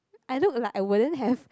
I look like I wouldn't have